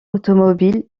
automobile